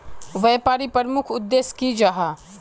व्यापारी प्रमुख उद्देश्य की जाहा?